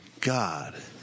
God